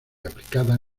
aplicada